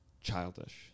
childish